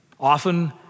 Often